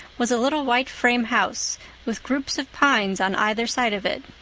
was a little white frame house with groups of pines on either side of it,